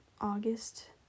August